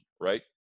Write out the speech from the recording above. right